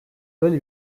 böyle